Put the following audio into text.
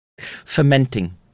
fermenting